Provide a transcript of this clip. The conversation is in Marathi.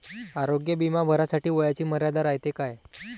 आरोग्य बिमा भरासाठी वयाची मर्यादा रायते काय?